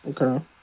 Okay